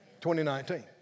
2019